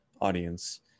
audience